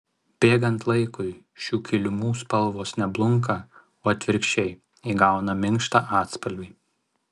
bėgant laikui šių kilimų spalvos ne blunka o atvirkščiai įgauna minkštą atspalvį